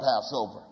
Passover